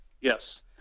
Yes